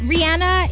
Rihanna